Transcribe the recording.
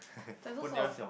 they're so soft